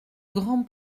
grand